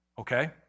Okay